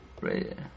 Right